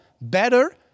better